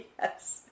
Yes